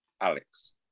Alex